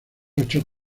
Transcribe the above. ocho